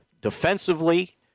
defensively